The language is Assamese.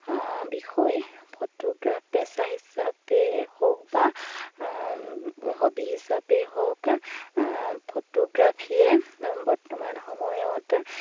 বিষয় ফটোগ্ৰাফ পেচা হিচাপেই হওক বা হবী হিচাপেই হওক ফটোগ্ৰাফীয়ে বৰ্তমান সময়ত